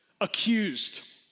accused